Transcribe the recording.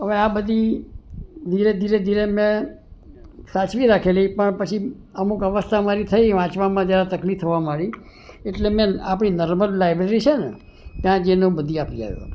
હવે આ બધી ધીરે ધીરે ધીરે મેં સાચવી રાખેલી પણ પછી અમુક અવસ્થા મારી થઇ વાંચવામાં મારી તકલીફ થવા માંડી એટલે આપણી જે નર્મદ લાયબ્રેરી છેને ત્યાં જઈને બધી આપી આવ્યો